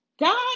God